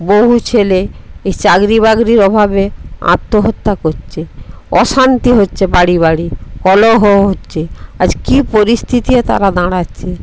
বহু ছেলে এই চাকরি বাকরির অভাবে আত্মহত্যা করছে অশান্তি হচ্ছে বাড়ি বাড়ি কলহ হচ্ছে আজ কি পরিস্থিতিতে তারা দাঁড়াচ্ছে